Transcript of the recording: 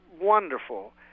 wonderful